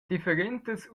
differentas